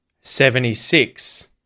Seventy-six